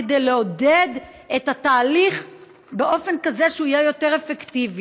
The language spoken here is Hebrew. כדי לעודד את התהליך באופן כזה שהוא יהיה יותר אפקטיבי.